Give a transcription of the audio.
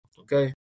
okay